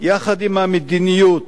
יחד עם המדיניות,